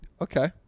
Okay